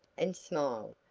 and smiled,